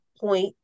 point